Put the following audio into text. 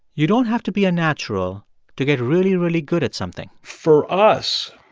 you don't have to be a natural to get really, really good at something for us,